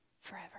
forever